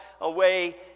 away